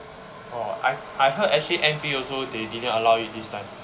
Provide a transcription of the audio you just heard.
orh I I heard actually N_P also they didn't allow it this time